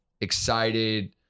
excited –